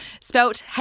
Spelt